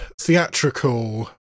theatrical